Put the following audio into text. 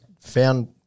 found